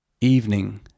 Evening